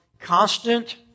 constant